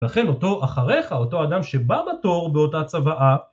ולכן אותו אחריך, אותו אדם שבא בתור באותה צוואה